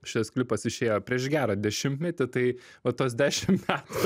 šis klipas išėjo prieš gerą dešimtmetį tai va tuos dešim metų